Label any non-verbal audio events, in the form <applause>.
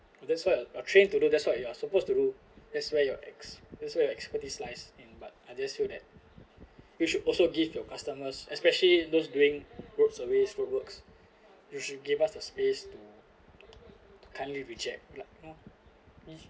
so that's what are trained to do that's what you are supposed to do that's what your ex~ that's why your expertise lies in but I just feel that you should also give your customers especially those doing road surveys road works you should give us a space to to kindly reject <noise>